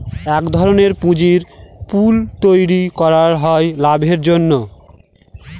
এক ধরনের পুঁজির পুল তৈরী করা হয় লাভের জন্য